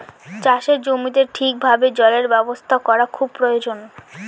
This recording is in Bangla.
চাষের জমিতে ঠিক ভাবে জলের ব্যবস্থা করা খুব প্রয়োজন